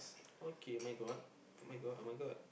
okay [oh]-my-god [oh]-my-god [oh]-my-god